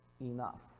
enough